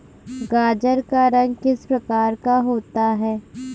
गाजर का रंग किस प्रकार का होता है?